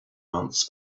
months